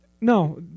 No